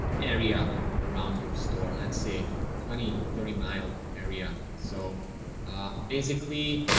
area around your store. let's see a twenty, thirty mile area. so basically,